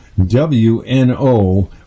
WNO